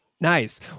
Nice